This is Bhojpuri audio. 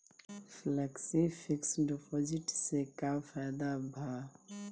फेलेक्सी फिक्स डिपाँजिट से का फायदा भा?